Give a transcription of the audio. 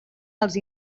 els